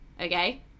Okay